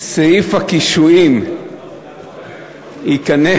שסעיף הקישואים ייכנס,